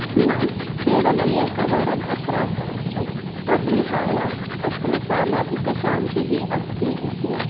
न केवलं एकवारम् अत्र अभवत् तद्विहाय अत्र सामाजिकशान्तिः अस्ति इति